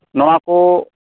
ᱱᱚᱶᱟ ᱠᱚ